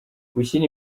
gushyira